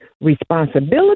responsibility